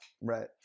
right